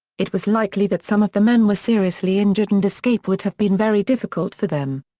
it was likely that some of the men were seriously injured and escape would have been very difficult for them.